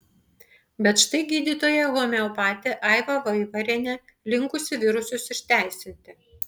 bet štai gydytoja homeopatė aiva vaivarienė linkusi virusus išteisinti